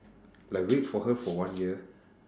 like wait for her for one year